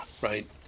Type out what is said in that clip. right